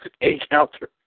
encounter